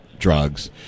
drugs